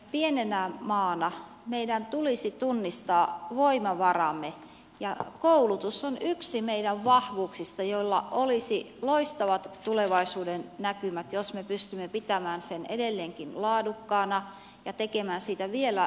pienenä maana meidän tulisi tunnistaa voimavaramme ja koulutus on yksi meidän vahvuuksistamme joilla olisi loistavat tulevaisuudennäkymät jos me pystymme pitämään sen edelleenkin laadukkaana ja tekemään siitä vielä laadukkaampaa